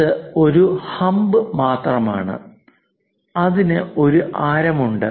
അത് ഒരു ഹമ്പ് മാത്രമാണ് അതിന് ഒരു ആരമുണ്ട്